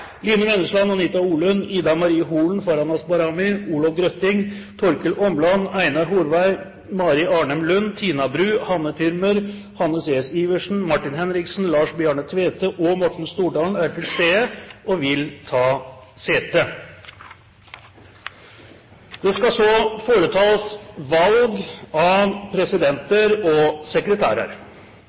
Line Vennesland, Anita Orlund, Ida Marie Holen, Farahnaz Bahrami, Olov Grøtting, Torkil Åmland, Einar Horvei, Mari Lund Arnem, Tina Bru, Hanne Thürmer, Hanne C.S. Iversen, Martin Henriksen, Lars Bjarne Tvete og Morten Stordalen er til stede og vil ta sete. Det skal så foretas valg av presidenter og sekretærer.